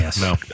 No